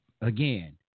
again